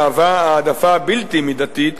מהווה העדפה בלתי-מידתית